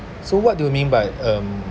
so what do you mean by um